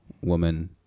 woman